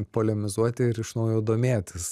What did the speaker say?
polemizuoti ir iš naujo domėtis